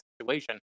situation